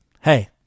Hey